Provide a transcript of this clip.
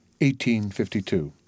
1852